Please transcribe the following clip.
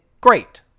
great